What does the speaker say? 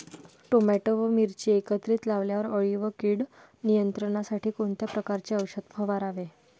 Tomato व मिरची एकत्रित लावल्यावर अळी व कीड नियंत्रणासाठी कोणत्या प्रकारचे औषध फवारावे?